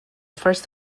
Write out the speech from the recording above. first